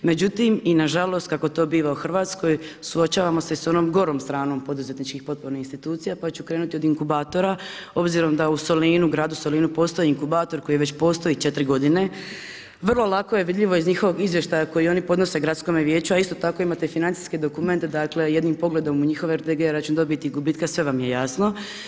Međutim, i nažalost, kako to biva u Hrvatskoj, suočavamo se i sa onom gorom stranom poduzetničkim potpornih institucija, pa ću krenuti od inkubatora, obzirom da u Solinu, gradu Solinu postoji inkubator, koji već postoji 4 g. Vrlo lako je vidljivo iz njihovih izvještaja koji oni podnose gradskome vijeću, a isto tako imate i financijske dokumente, dakle, jednim pogledom u njihove RDG, račun dobiti i gubitka sve vam je jasno.